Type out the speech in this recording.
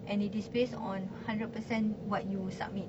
and it is based on hundred percent what you submit